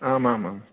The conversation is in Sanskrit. आम् आम् आम्